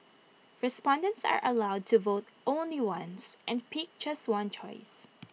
respondents are allowed to vote only once and pick just one choice